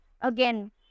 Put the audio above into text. again